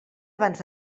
abans